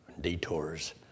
detours